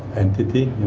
entity,